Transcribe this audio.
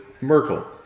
Merkel